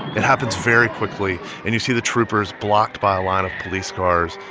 it happens very quickly. and you see the troopers, blocked by a line of police cars,